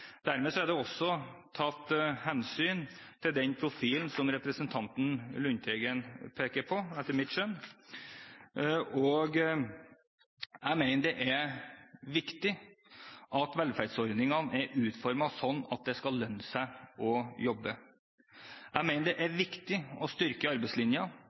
Dermed er det etter mitt skjønn også tatt hensyn til den profilen som representanten Lundteigen peker på. Jeg mener det er viktig at velferdsordningene er utformet slik at det skal lønne seg å jobbe. Jeg mener det er viktig å styrke